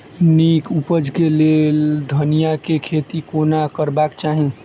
नीक उपज केँ लेल धनिया केँ खेती कोना करबाक चाहि?